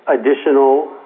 additional